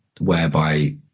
whereby